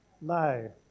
No